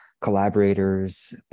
collaborators